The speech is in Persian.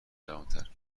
جوانتر